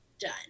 done